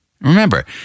...remember